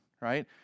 right